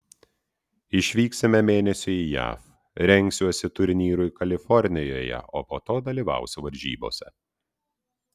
išvyksime mėnesiui į jav rengsiuosi turnyrui kalifornijoje o po to dalyvausiu varžybose